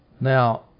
Now